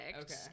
Okay